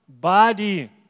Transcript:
body